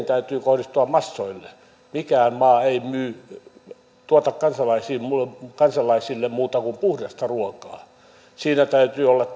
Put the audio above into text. täytyy kohdistua massoille mikään maa ei tuota kansalaisille kansalaisille muuta kuin puhdasta ruokaa meidän tuotteella täytyy olla